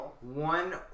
one